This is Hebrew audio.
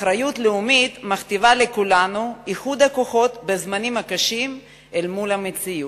אחריות לאומית מכתיבה לכולנו איחוד הכוחות בזמנים הקשים אל מול המציאות.